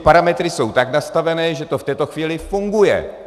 Parametry jsou tak nastavené, že to v této chvíli funguje.